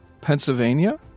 Pennsylvania